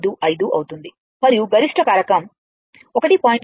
155 అవుతుంది మరియు గరిష్ట కారకం 1